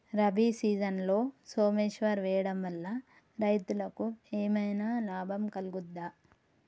రబీ సీజన్లో సోమేశ్వర్ వేయడం వల్ల రైతులకు ఏమైనా లాభం కలుగుద్ద?